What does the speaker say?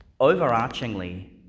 Overarchingly